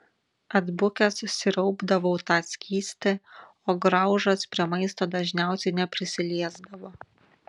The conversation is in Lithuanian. atbukęs sriaubdavau tą skystį o graužas prie maisto dažniausiai neprisiliesdavo